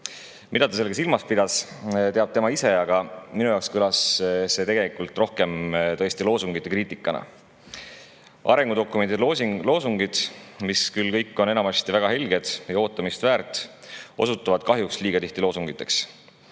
Mida ta sellega silmas pidas, teab tema ise, aga minu jaoks kõlas see tegelikult rohkem loosungite kriitikana. Arengudokumendi loosungid, mis on küll kõik enamasti väga helged ja ootamist väärt, osutuvad kahjuks liiga tihti loosungiteks.